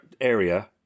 area